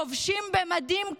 כובשים במדים,